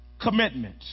commitment